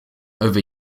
over